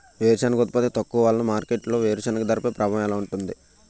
వేరుసెనగ ఉత్పత్తి తక్కువ వలన మార్కెట్లో వేరుసెనగ ధరపై ప్రభావం ఎలా ఉంటుంది?